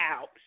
out